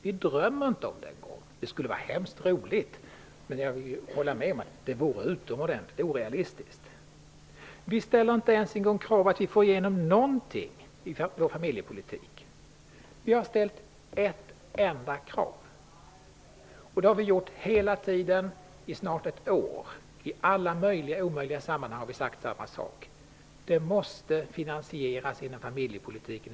Vi drömmer inte ens om det. Det skulle var hemskt roligt, men jag håller med om att det är utomordentligt orealistiskt. Vi ställer inte ens som krav att vi skall få igenom någonting av vår familjepolitik. Vi har ställt ett enda krav; det har vi gjort i snart ett år. I alla möjliga och omöjliga sammanhang har vi sagt samma sak, nämligen att detta måste finansieras inom familjepolitiken.